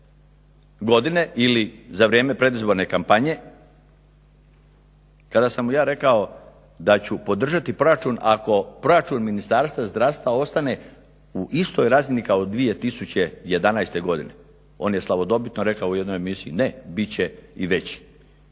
godine ili za vrijeme predizborne kampanje kada sam mu ja rekao da ću podržati proračun ako proračun Ministarstva zdravstva ostane u istoj razini kao 2011. godine. On je slavodobitno rekao u jednoj emisiji ne, bit će i veći.